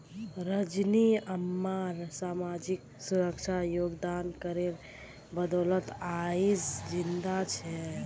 रजनी अम्मा सामाजिक सुरक्षा योगदान करेर बदौलत आइज जिंदा छ